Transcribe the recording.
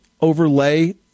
overlay